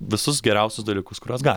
visus geriausius dalykus kuriuos gali